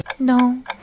No